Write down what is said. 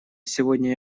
сегодня